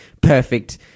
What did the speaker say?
perfect